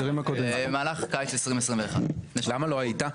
במהלך קיץ 2021. למה לא היית?